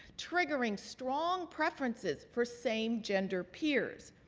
triggering strong preferences for same gender peers.